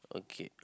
okay